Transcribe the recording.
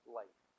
life